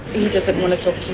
he doesn't want to talk to